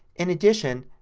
in addition,